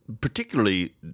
particularly